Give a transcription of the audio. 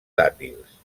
dàtils